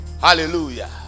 Hallelujah